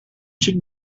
xic